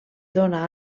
dóna